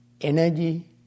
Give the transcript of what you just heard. energy